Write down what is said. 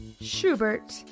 Schubert